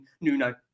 Nuno